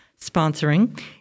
sponsoring